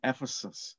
Ephesus